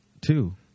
Two